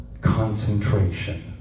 Concentration